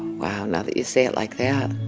wow. now that you say it like that